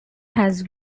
has